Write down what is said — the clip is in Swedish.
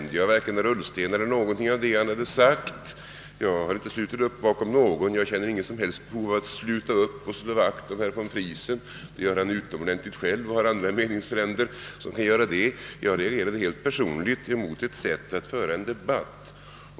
de sagt. Jag har inte slutit upp bakom någon. Jag känner inget som helst behov av att sluta upp bakom och slå vakt kring herr von Friesen, Det gör han själv alldeles utmärkt och har andra meningsfränder som kan göra det. Jag reagerade helt personligt emot ett sätt att föra en debatt.